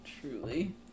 truly